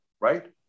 right